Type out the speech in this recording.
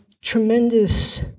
tremendous